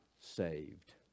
saved